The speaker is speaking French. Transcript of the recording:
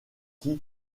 qui